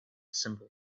simple